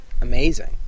amazing